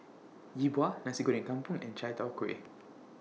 Yi Bua Nasi Goreng Kampung and Chai Tow Kway